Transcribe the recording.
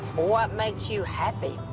what makes you happy?